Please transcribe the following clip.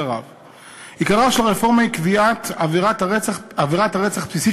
עיקרה של הרפורמה הוא קביעת עבירת הרצח הבסיסית